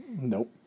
Nope